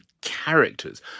characters